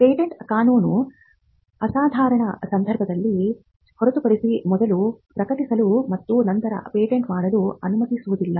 patent ಕಾನೂನು ಅಸಾಧಾರಣ ಸಂದರ್ಭಗಳಲ್ಲಿ ಹೊರತುಪಡಿಸಿ ಮೊದಲು ಪ್ರಕಟಿಸಲು ಮತ್ತು ನಂತರ ಪೇಟೆಂಟ್ ಪಡೆಯಲು ಅನುಮತಿಸುವುದಿಲ್ಲ